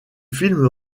film